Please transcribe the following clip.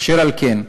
אשר על כן,